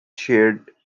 shared